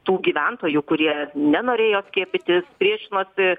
tų gyventojų kurie nenorėjo skiepytis priešinosi